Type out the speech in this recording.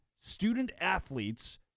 student-athletes